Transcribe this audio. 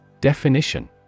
Definition